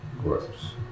Gross